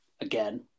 again